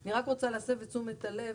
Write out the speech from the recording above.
אני רוצה להסב את תשומת הלב